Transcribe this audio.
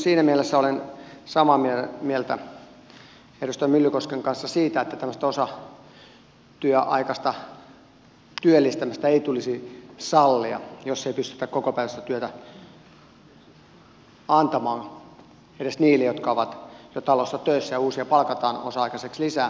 siinä mielessä olen samaa mieltä edustaja myllykosken kanssa siitä että tämmöistä osatyöaikaista työllistämistä ei tulisi sallia jos ei pystytä kokopäiväistä työtä antamaan edes niille jotka ovat jo talossa töissä ja uusia palkataan osa aikaisiksi lisää